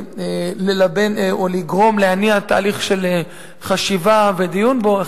ללבן או לגרום להניע תהליך של חשיבה ודיון בו,